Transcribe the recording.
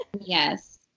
Yes